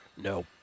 No